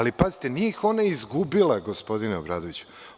Nije ih ona izgubila, gospodine Obradoviću.